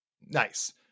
nice